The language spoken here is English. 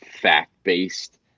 fact-based